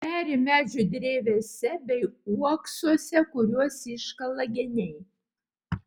peri medžių drevėse bei uoksuose kuriuos iškala geniai